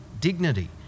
dignity